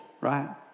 right